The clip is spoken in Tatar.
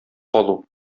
калу